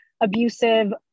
abusive